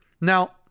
Now